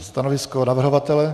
Stanovisko navrhovatele?